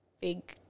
big